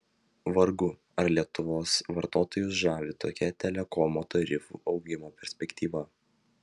vargu ar lietuvos vartotojus žavi tokia telekomo tarifų augimo perspektyva